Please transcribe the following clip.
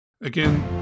again